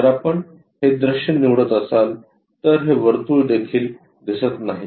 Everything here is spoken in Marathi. जर आपण हे दृश्य निवडत असाल तर हे वर्तुळ देखील दिसत नाही